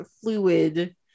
fluid